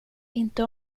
inte